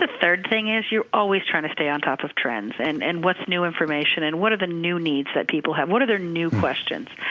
ah third thing is you're always trying to stay on top of trends, and and what's new information, and what are the new needs that people have. what are their new questions?